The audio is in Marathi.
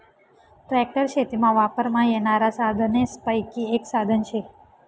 ट्रॅक्टर शेतीमा वापरमा येनारा साधनेसपैकी एक साधन शे